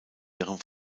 ihrem